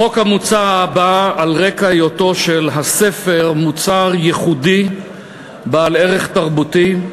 החוק המוצע בא על רקע היותו של הספר מוצר ייחודי בעל ערך תרבותי,